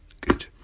Good